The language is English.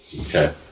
Okay